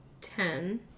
ten